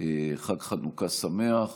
חג חנוכה שמח,